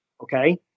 Okay